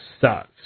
sucks